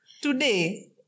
Today